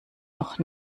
noch